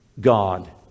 God